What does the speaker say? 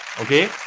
okay